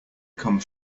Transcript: come